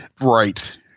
right